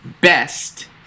best